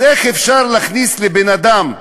אז איך אפשר להכניס לבן-אדם,